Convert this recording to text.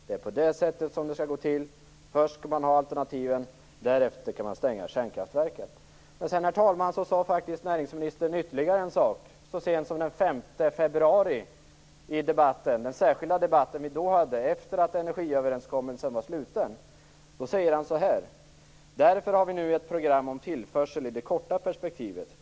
- Det är på det sättet som det skall gå till. Först skall man ha alternativen, därefter kan man stänga kärnkraftverken." Sedan, herr talman, sade faktiskt näringsministern ytterligare en sak så sent som den 5 februari i den särskilda debatt vi då hade efter att energiöverenskommelsen var sluten. Då sade han: "Därför har vi nu ett program om tillförsel i det korta perspektivet.